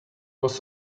was